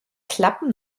klappen